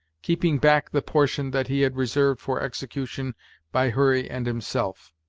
keeping back the portion that he had reserved for execution by hurry and himself.